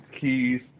Keys